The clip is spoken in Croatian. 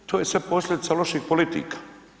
To je sve posljedica loših politika.